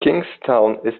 kingstown